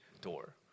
door